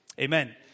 amen